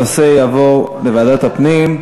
הנושא יעבור לוועדת הפנים.